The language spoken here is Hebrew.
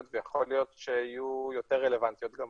ויכול להיות שיהיו יותר רלוונטיות בעתיד.